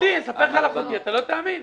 אספר לך על אחותי, אתה לא תאמין.